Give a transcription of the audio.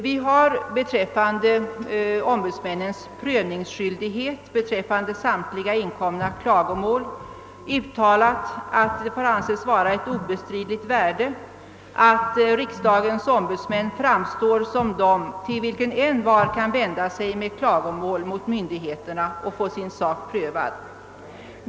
Vi har i fråga om ombudsmännens prövningsskyldighet beträffande samtliga inkomna klagomål uttalat att det får anses vara av obestridligt värde att riksdagens ombudsmän framstår som personer till vilka envar kan vända sig med klagomål mot myndigheterna och få sin sak prövad.